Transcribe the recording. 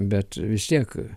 bet vis tiek